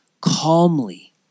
calmly